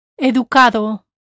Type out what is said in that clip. Educado